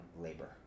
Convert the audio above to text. labor